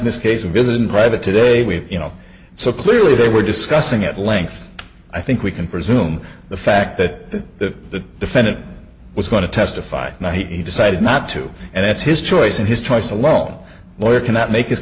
in this case a visit in private today we you know so clearly they were discussing at length i think we can presume the fact that the defendant was going to testify and he decided not to and that's his choice and his choice alone lawyer cannot make